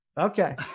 Okay